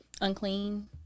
Unclean